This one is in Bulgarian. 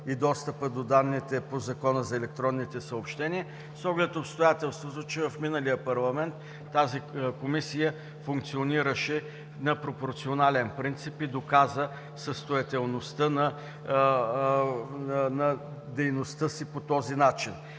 и достъп до данните по Закона за електронните съобщения с оглед обстоятелството, че в миналия парламент тази комисия функционираше на пропорционален принцип и доказа състоятелността на дейността си по този начин.